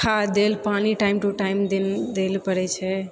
खाद देल पानि टाइम टू टाइम देै लअ पड़ै छै